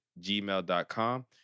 gmail.com